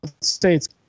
State's –